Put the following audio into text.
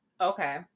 Okay